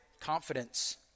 confidence